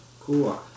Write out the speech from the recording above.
Cool